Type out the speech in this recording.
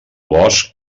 bosc